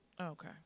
Okay